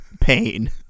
pain